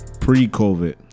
pre-COVID